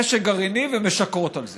נשק גרעיני ומשקרות על זה.